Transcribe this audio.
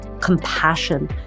compassion